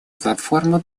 платформу